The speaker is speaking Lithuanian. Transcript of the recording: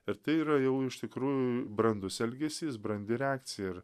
ir tai yra jau iš tikrųjų brandus elgesys brandi reakcija ir